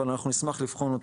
אבל אנחנו נשמח לבחון אותן.